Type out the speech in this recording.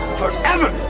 forever